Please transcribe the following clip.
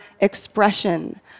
expression